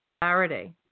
clarity